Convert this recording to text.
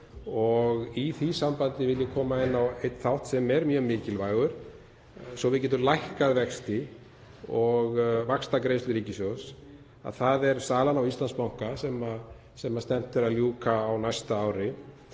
og í því sambandi vil ég koma inn á einn þátt sem er mjög mikilvægur svo við getum lækkað vexti og vaxtagreiðslur ríkissjóðs. Það er salan á Íslandsbanka sem stefnt er að að ljúka á næsta ári.